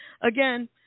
again